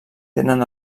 tenen